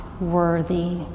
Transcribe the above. worthy